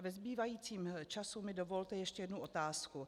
Ve zbývajícím času mi dovolte ještě jednu otázku.